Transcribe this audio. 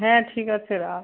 হ্যাঁ ঠিক আছে রাখ